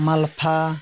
ᱢᱟᱞᱯᱷᱟ